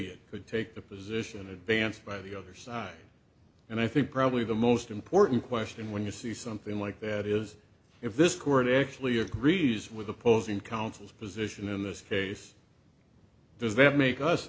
idiot could take the position advanced by the other side and i think probably the most important question when you see something like that is if this court actually agrees with opposing counsel's position in this case does that make us